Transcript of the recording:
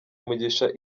umugisha